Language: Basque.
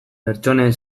pertsonen